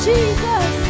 Jesus